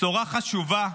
בשורה חשובה,